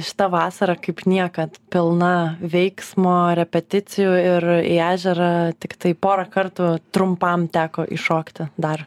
šita vasara kaip niekad pilna veiksmo repeticijų ir į ežerą tiktai porą kartų trumpam teko iššokti dar